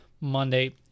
Monday